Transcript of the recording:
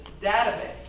database